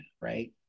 right